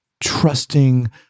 trusting